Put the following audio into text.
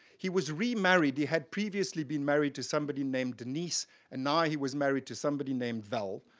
he was remarried, he had previously been married to somebody named denise and now he was married to somebody named vel.